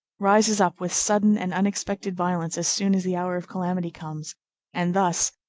rises up with sudden and unexpected violence as soon as the hour of calamity comes and thus,